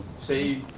say,